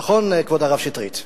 נכון, כבוד הרב שטרית?